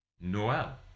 Noel